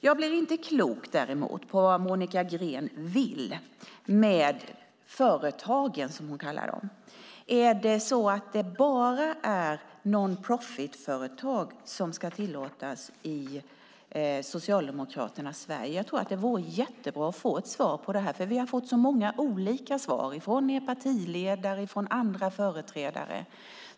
Jag blev däremot inte klok på vad Monica Green vill med företagen, som hon kallar dem. Är det bara non profit-företag som ska tillåtas i Socialdemokraternas Sverige? Det vore jättebra om vi fick ett svar här. Vi har fått så många olika svar, från er partiledare och från andra företrädare.